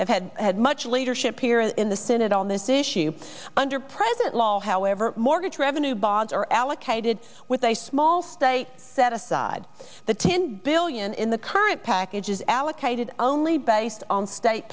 have had had much leadership here in the senate on this issue under present law however mortgage revenue bonds are allocated with a small state set aside the ten billion in the current package is allocated only based on state